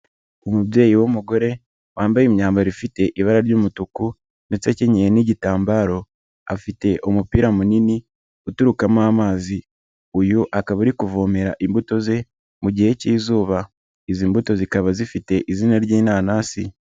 Umubyeyi w'umugore wambaye imyambaro ifite ibara ry'umutuku ndetse akenye n'igitambaro, afite umupira munini uturukamo amazi, uyu akaba ari kuvomera imbuto ze mu gihe cy'izuba, izi mbuto zikaba zifite izina ry'inanasi.